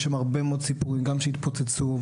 יש המון סיפורים שהתפוצצו,